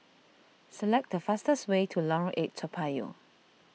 select the fastest way to Lorong eight Toa Payoh